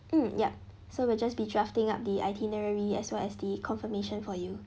hmm yup so we'll just be drafting up the itinerary as well as the confirmation for you